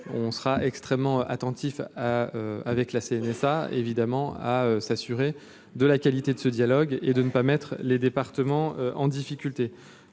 on sera extrêmement attentif avec la CNSA évidemment à s'assurer de la qualité de ce dialogue et de ne pas mettre les départs. Moment en difficulté